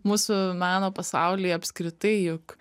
mūsų meno pasaulyje apskritai juk